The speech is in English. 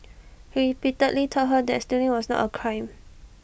he repeatedly told her that stealing was not A crime